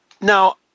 Now